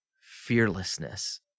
fearlessness